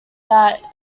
that